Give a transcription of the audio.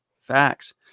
Facts